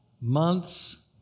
months